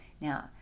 now